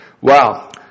Wow